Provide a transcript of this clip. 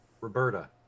Roberta